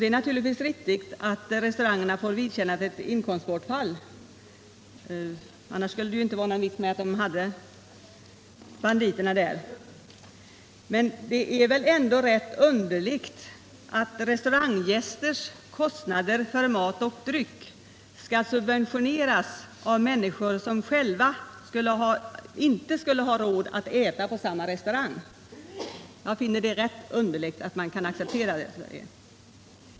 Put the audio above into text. Det är naturligtvis riktigt att restaurangerna då får vidkännas ett inkomstbortfall — annars hade det ju inte varit någon vits med att de hade banditerna där — men det är ändå rätt underligt att restauranggästers kostnader för mat och dryck skall behöva subventioneras av människor som kanske själva inte skulle ha råd att äta på samma restauranger! Jag finner det egendomligt att man kan acceptera detta.